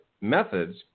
methods